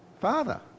father